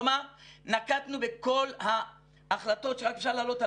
כלומר נקטנו בכל ההחלטות שרק אפשר להעלות על